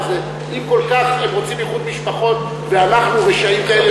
אם הם כל כך רוצים איחוד משפחות ואנחנו רשעים כאלה,